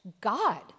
God